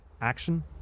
Action